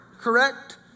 correct